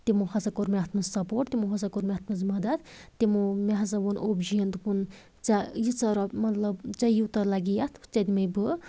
تِمو ہسا کوٚر مےٚ اَتھ منٛز سَپورٹ تِمو ہسا کوٚر مےٚ اَتھ منٛز مدتھ تِمو مےٚ ہسا ووٚن اوٚبجِیَن دوٚپُن ژےٚ ییٖژاہ رۄپ مطلب ژےٚ یوٗتاہ لَگی اَتھ ژےٚ دِمَے بہٕ